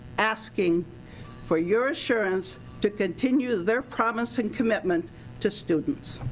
asking for your assurance to continue their promise and commitment to students.